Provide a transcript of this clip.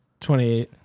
28